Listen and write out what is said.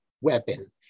weapon